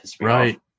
right